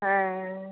ᱦᱮᱸ